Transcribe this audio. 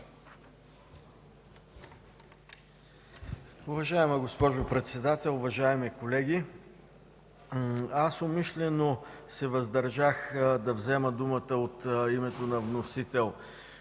Уважаема госпожо Председател, уважаеми колеги! Умишлено се въздържах да взема думата от името на вносител